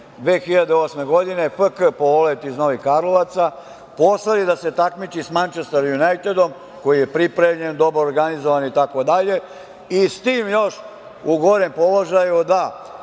2008. godine FK „Polet“ iz Novih Karlovaca poslali da se takmiči sa „Mančester Junajtedom“ koji je pripremljen, dobro organizovan itd. i s tim još u gorem položaju da